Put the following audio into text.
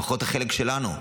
לפחות החלק שלנו,